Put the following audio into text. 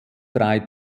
drei